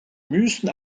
müssen